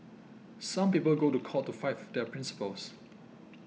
some people go to court to fight for their principles